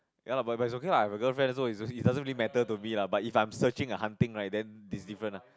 ya lah but but is okay lah I have a girlfriend so it also it doesn't mean matter to me lah but if I'm searching and hunting right then is different lah